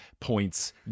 points